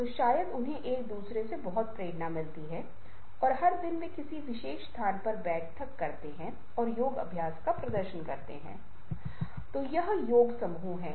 तो टाइपोग्राफी एक महत्वपूर्ण भूमिका निभाती है और मैं आपको थोड़ी देर बाद एक और ठोस उदाहरण दूंगा